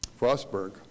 Frostburg